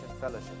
Fellowship